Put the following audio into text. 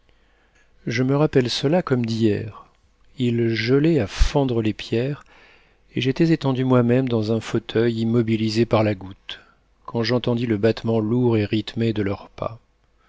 je me rappelle cela comme d'hier il gelait à fendre les pierres et j'étais étendu moi-même dans un fauteuil immobilisé par la goutte quand j'entendis le battement lourd et rythmé de leurs pas